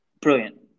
Brilliant